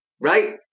Right